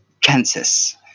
Kansas